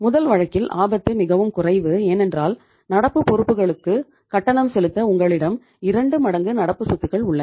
முதல் வழக்கில் ஆபத்து மிகவும் குறைவு ஏனென்றால் நடப்பு பொறுப்புகளுக்கு கட்டணம் செலுத்த உங்களிடம் இரண்டு மடங்கு நடப்பு சொத்துக்கள் உள்ளன